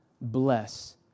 bless